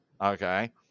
Okay